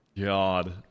God